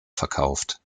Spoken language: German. verkauft